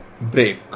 break